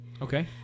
okay